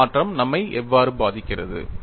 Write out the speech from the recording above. இந்த மாற்றம் நம்மை எவ்வாறு பாதிக்கிறது